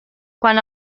quan